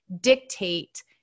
dictate